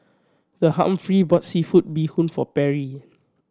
The Humphrey bought seafood bee hoon for Perry